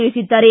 ತಿಳಿಸಿದ್ದಾರೆ